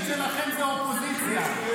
המורשת שלכם זה האופוזיציה.